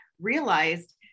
realized